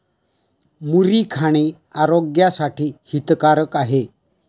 मुरी खाणे आरोग्यासाठी हितकारक आहे